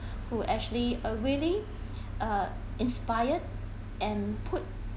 who actually uh really uh inspired and put their action into uh put